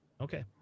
Okay